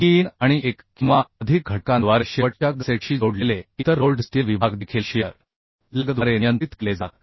Dn आणि एक किंवा अधिक घटकांद्वारे शेवटच्या गसेटशी जोडलेले इतर रोल्ड स्टील विभाग देखील शियर लॅगद्वारे नियंत्रित केले जातात